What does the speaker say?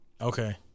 Okay